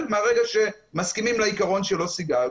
מהרגע שמסכימים לעיקרון של לא סיגריות.